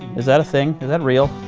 is that a thing? is that real?